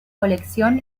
colección